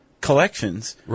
collections